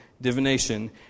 divination